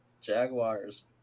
Jaguars